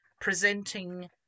presenting